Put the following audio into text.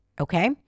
Okay